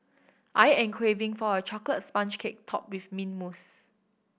I am craving for a chocolate sponge cake topped with mint mousse